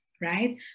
right